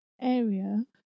area